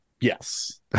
yes